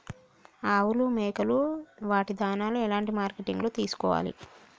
ఆవులు మేకలు వాటి దాణాలు ఎలాంటి మార్కెటింగ్ లో తీసుకోవాలి?